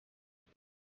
مدرک